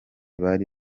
bari